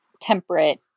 temperate